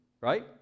right